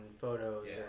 photos